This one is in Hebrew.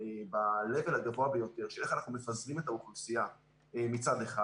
בלבל הגבוה ביותר של איך אנחנו מפזרים את האוכלוסייה מצד אחד,